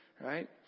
right